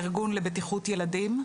ארגון לבטיחות ילדים,